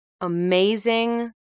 amazing